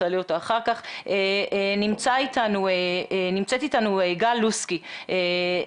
מגנוס איתור חילוץ והצלה,